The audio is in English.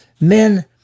men